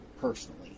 personally